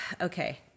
okay